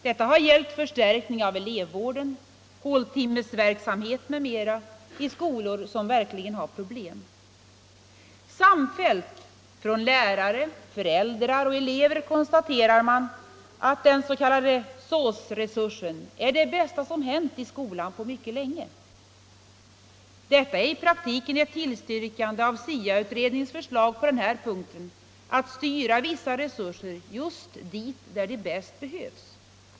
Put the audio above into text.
Det har gällt förstärkning av elevvården, håltimmesverksamhet m.m. i skolor med stora problem. Samfällt från lärare, föräldrar och elever konstaterar man att den s.k. SÅS-resursen är det bästa som hänt i skolan på länge. Detta är i praktiken ett tillstyrkande av SIA-utredningens förslag att styra vissa resurser dit där de bäst behövs.